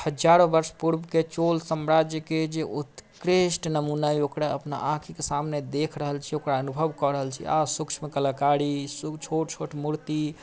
हजारो बर्ष पूर्ब के चोल साम्राज्य के जे उत्कृष्ट नमूना यऽ ओकरा अपना आँखि के सामने देखि रहल छी ओकरा अनुभव कऽ रहल छी आ सूक्ष्म कलाकारी सू छोट छोट मूर्ति